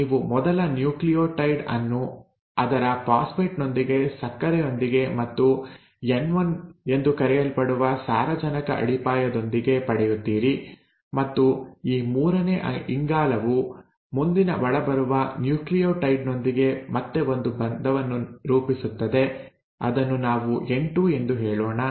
ನೀವು ಮೊದಲ ನ್ಯೂಕ್ಲಿಯೋಟೈಡ್ ಅನ್ನು ಅದರ ಫಾಸ್ಫೇಟ್ ನೊಂದಿಗೆ ಸಕ್ಕರೆಯೊಂದಿಗೆ ಮತ್ತು N1 ಎಂದು ಕರೆಯಲ್ಪಡುವ ಸಾರಜನಕ ಅಡಿಪಾಯದೊಂದಿಗೆ ಪಡೆಯುತ್ತೀರಿ ಮತ್ತು ಈ ಮೂರನೇ ಇಂಗಾಲವು ಮುಂದಿನ ಒಳಬರುವ ನ್ಯೂಕ್ಲಿಯೋಟೈಡ್ ನೊಂದಿಗೆ ಮತ್ತೆ ಒಂದು ಬಂಧವನ್ನು ರೂಪಿಸುತ್ತದೆ ಅದನ್ನು ನಾವು N2 ಎಂದು ಹೇಳೋಣ